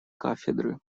кафедры